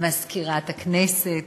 מזכירת הכנסת